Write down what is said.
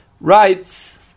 writes